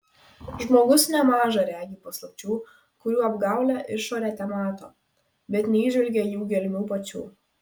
žmogus nemaža regi paslapčių kurių apgaulią išorę temato bet neįžvelgia jų gelmių pačių